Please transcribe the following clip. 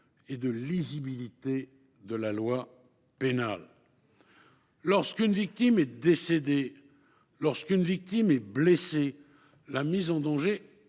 et de lisibilité de la loi pénale. Exactement ! Lorsqu’une victime est décédée, lorsqu’une victime est blessée, la mise en danger